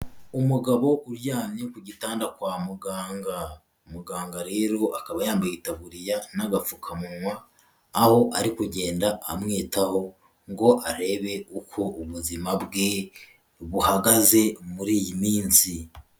Umugabo uryamye ku gitanda kwa muganga, muganga rero akaba yambaye itaburiya n'agapfukamunwa, aho ari kugenda amwitaho ngo arebe uko ubuzima bwe buhagaze muri iyi minsi.